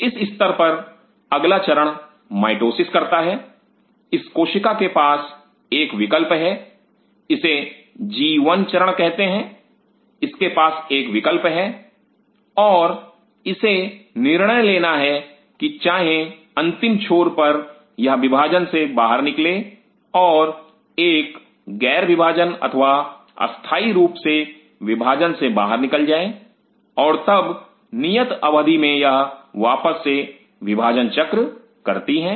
इस स्तर पर अगला चरण माइटोसिस करता है इस कोशिका के पास एक विकल्प है इसे G1 चरण कहते हैं इसके पास एक विकल्प है और इसे निर्णय लेना है कि चाहे अंतिम छोर पर यह विभाजन से बाहर निकले और एक ग़ैर विभाजन अथवा अस्थाई रूप से विभाजन से बाहर निकल जाए और तब नियत अवधि में यह वापस से विभाजन चक्र करती है